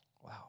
Wow